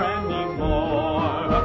anymore